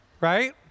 right